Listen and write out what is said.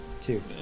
Two